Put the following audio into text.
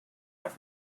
have